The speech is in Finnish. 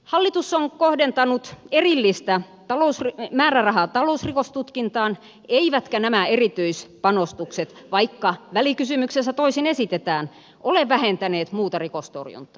hallitus on kohdentanut erillistä määrärahaa talousrikostutkintaan eivätkä nämä erityispanostukset vaikka välikysymyksessä toisin esitetään ole vähentäneet muuta rikostorjuntaa